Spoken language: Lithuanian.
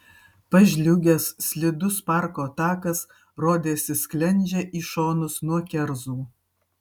pažliugęs slidus parko takas rodėsi sklendžia į šonus nuo kerzų